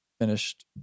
Finished